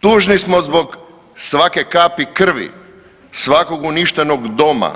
Tužni smo zbog svake kapi krvi, svakog uništenog doma,